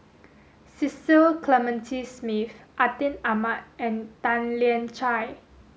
Cecil Clementi Smith Atin Amat and Tan Lian Chye